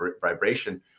vibration